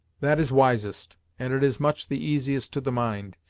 that is wisest, and it is much the easiest to the mind,